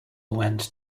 went